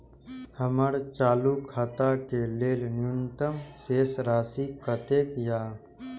हमर चालू खाता के लेल न्यूनतम शेष राशि कतेक या?